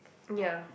ya